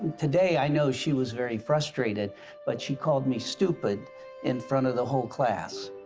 today i know she was very frustrated but she called me stupid in front of the whole class,